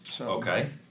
Okay